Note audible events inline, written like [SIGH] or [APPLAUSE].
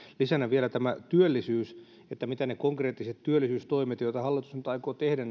lisänä vielä tämä työllisyys että mitkä ovat ne konkreettiset työllisyystoimet joita hallitus nyt aikoo tehdä [UNINTELLIGIBLE]